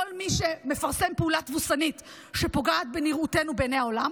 כל מי שמפרסם פעולה תבוסתנית שפוגעת בנראותנו בעיני העולם,